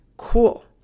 cool